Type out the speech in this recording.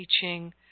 teaching